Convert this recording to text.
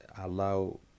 allow